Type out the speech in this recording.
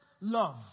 love